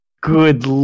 good